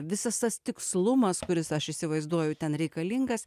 visas tas tikslumas kuris aš įsivaizduoju ten reikalingas